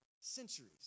centuries